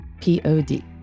P-O-D